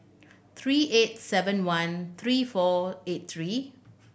three eight seven one three four eight three